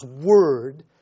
word